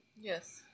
Yes